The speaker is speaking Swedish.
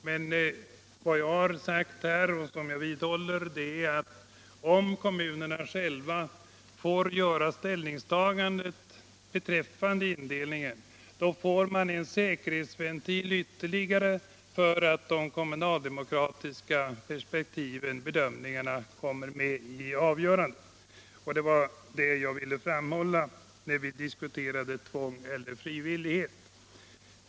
Men vad jag har sagt och vidhåller är att om kommunerna själva får göra ett ställningstagande beträffande indelningen får vi en ytterligare säkerhet för att de kommunaldemokratiska bedömningarna kommer med i avgörandet. Det var det jag ville framhålla när vi diskuterade tvång eller frivillighet.